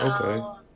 Okay